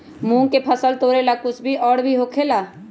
मूंग के फसल तोरेला कुछ और भी होखेला?